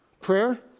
Prayer